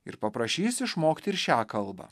ir paprašys išmokti ir šią kalbą